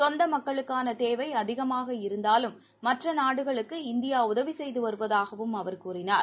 சொந்தமக்களுக்கானதேவைஅதிகமாகன இருந்தாலும் மற்றநாடுகளுக்கு இந்தியாஉதவிசெய்துவருவதாகவும் அவர் கூறினார்